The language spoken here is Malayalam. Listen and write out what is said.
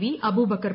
വിഅബൂബക്കർ